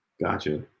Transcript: gotcha